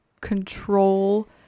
control